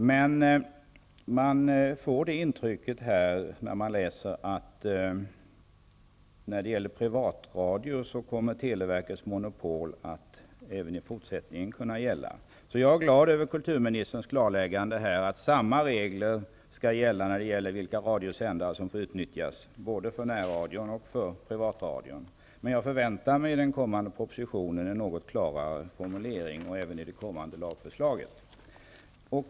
Man får emellertid intrycket att televerkets monopol när det gäller privatradio även i fortsättningen kommer att gälla. Jag är därför glad över kulturministerns klarläggande om att samma regler skall gälla både för närradion och för privatradion i fråga om vilka radiosändare som får utnyttjas. Men jag förväntar mig en något klarare formulering i den kommande propositionen och i det kommande lagförslaget.